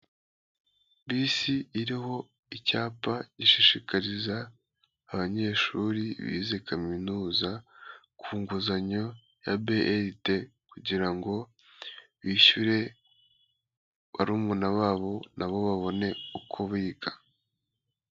Bisi iriho icyapa gishishikariza abanyeshuri bize kaminuza ku nguzanyo ya BRD, kugira ngo bishyure barumuna babo nabo babone uko biga.